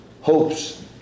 hopes